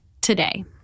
today